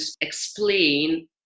explain